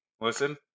Listen